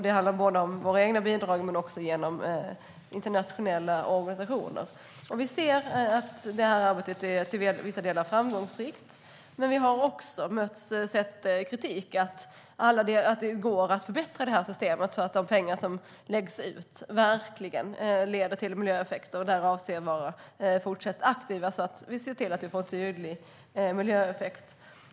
Det handlar både om våra egna bidrag och om bidrag genom internationella organisationer. Vi ser att detta arbete till vissa delar är framgångsrikt, men vi har också mött kritik för att det går att förbättra systemet så att de pengar som läggs ut verkligen leder till miljöeffekter. Där avser vi att vara fortsatt aktiva, så att vi ser till att få tydlig miljöeffekt.